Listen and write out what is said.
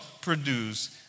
produce